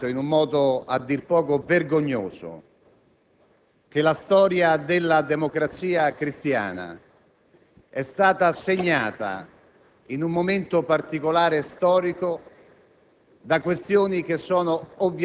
Ministro ha affermato, in un modo a dir poco vergognoso, che la storia della Democrazia Cristiana è stata segnata, in un particolare momento